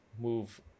move